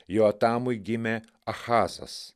joatamui gimė achazas